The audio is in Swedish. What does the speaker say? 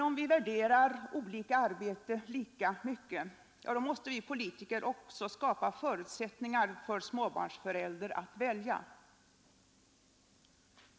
Om vi värderar olika arbete lika mycket måste vi politiker också skapa förutsättningar för småbarnsföräldrar att välja.